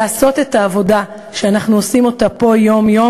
לעשות את העבודה שאנחנו עושים פה יום-יום